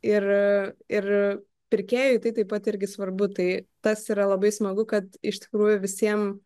ir ir pirkėjui tai taip pat irgi svarbu tai tas yra labai smagu kad iš tikrųjų visiem